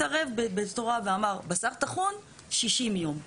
התערב ואמר, בשר טחון, 60 יום.